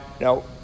now